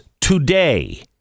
today